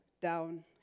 down